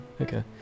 okay